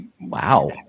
Wow